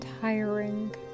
tiring